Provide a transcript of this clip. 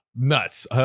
Nuts